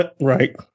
Right